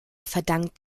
verdankt